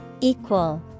Equal